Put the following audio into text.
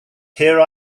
here